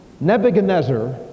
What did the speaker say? Nebuchadnezzar